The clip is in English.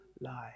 lie